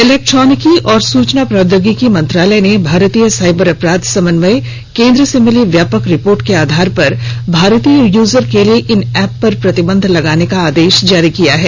इलेक्ट्रानिकी और सूचना प्रौद्योगिकी मंत्रालय ने भारतीय साइबर अपराध समन्वय केंद्र से मिली व्यापक रिपोर्ट के आधार पर भारतीय यूजर के लिए इन ऐप पर प्रतिबंध लगाने का आदेश जारी किया है